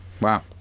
Wow